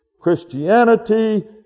Christianity